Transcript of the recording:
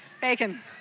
bacon